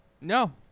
No